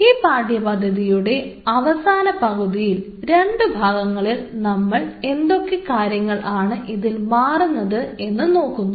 ഈ പാഠ്യപദ്ധതിയുടെ അവസാന പകുതിയിൽ രണ്ടു ഭാഗങ്ങളിൽ നമ്മൾ എന്തൊക്കെ കാര്യങ്ങൾ ആണ് ഇതിൽ മാറുന്നതെന്ന് നോക്കുന്നു